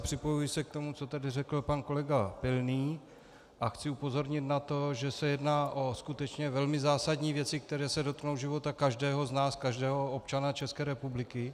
Připojuji se k tomu, co tady řekl pan kolega Pilný, a chci upozornit na to, že se jedná o skutečně velmi zásadní věci, které se dotknou života každého z nás, každého občana České republiky.